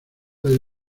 del